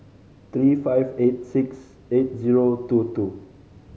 three five eight six eight zero two two